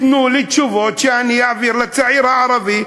תנו לי תשובות שאני אעביר לצעיר הערבי.